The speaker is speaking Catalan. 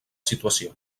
situació